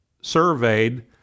surveyed